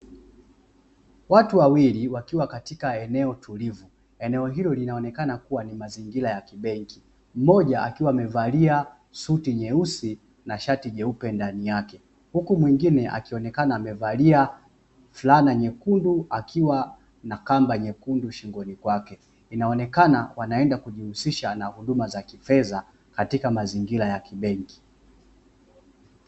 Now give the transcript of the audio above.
Watu wawili wakiwa katika eneo tulivu. Eneo hilo linaonekana kuwa mazingira ya kibenki. Mmoja akiwa amevalia suti nyeusi na shati jeupe ndani yake, huku mwingine akionekana amevalia fulana nyekundu akiwa na kamba nyekundu shingoni kwake; inaonekana wanaenda kujihusisha na huduma za kifedha katika mazingira ya kibenki.